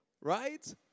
right